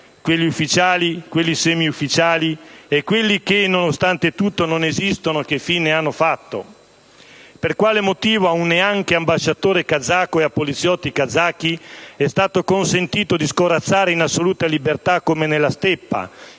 quelli ufficiali, quelli semiufficiali e quelli che, nonostante tutto, non esistono, che fine hanno fatto? Per quale motivo a un neanche ambasciatore kazako e a poliziotti kazaki è stato consentito di scorrazzare, in assoluta libertà, come nella steppa,